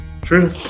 true